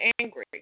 angry